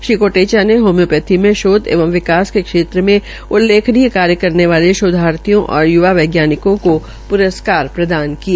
श्री कोटेचा ने होम्योपैथी मे शोध एवं विकास के क्षेत्र मे उल्लेखनीय कार्य करने वाले विदयार्थियों और यवा वैज्ञानिकों को प्रस्कार प्रदान किए